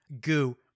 goo